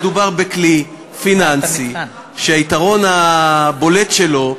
מדובר בכלי פיננסי שהיתרון הבולט שלו,